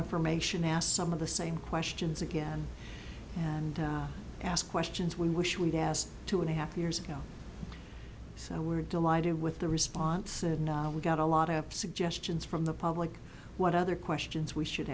information as some of the same questions again and ask questions when wish we'd asked two and a half years ago so we're delighted with the response we got a lot of suggestions from the public what other questions we should